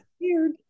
weird